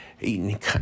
eating